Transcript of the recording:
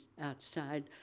outside